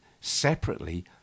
separately